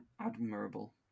admirable